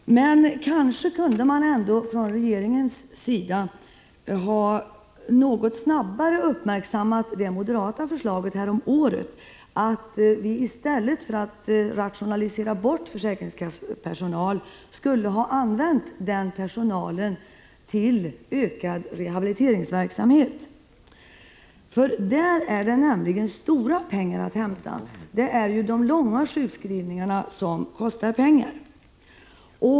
Men kanske kunde man ändå från regeringens sida något snabbare ha uppmärksammat det häromåret väckta moderata förslaget att vi i stället för att rationalisera bort försäkringskassepersonal skulle ha använt denna personal till ökad rehabiliteringsverksamhet. Där är det nämligen stora pengar att hämta. Det är de långvariga sjukskrivningarna som kostar | pengar.